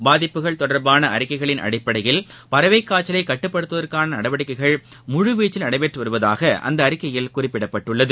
பாதிப்புகள் தொடர்பாள அறிக்கைகளின் அடிப்படையில் பறவைக்காய்ச்சலை கட்டுப்படுத்துவதற்காள நடவடிக்கைகள் முழுவீச்சில் நடைபெற்று வருவதாக அந்த அறிக்கையில் குறிப்பிடப்பட்டுள்ளது